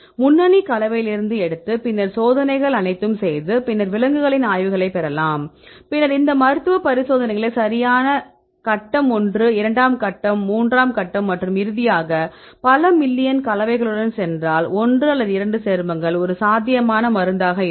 முன்னணி கலவையிலிருந்து எடுத்து பின்னர் சோதனைகள் அனைத்தையும் செய்து பின்னர் விலங்குகளின் ஆய்வுகளைப் பெறலாம் பின்னர் இந்த மருத்துவ பரிசோதனைகளை சரியான கட்டம் ஒன்று இரண்டாம் கட்டம் மூன்றாம் கட்டம் மற்றும் இறுதியாக பல மில்லியன் கலவைகளுடன் சென்றால் ஒன்று அல்லது இரண்டு சேர்மங்கள் ஒரு சாத்தியமான மருந்தாக இருக்கும்